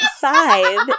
five